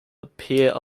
appear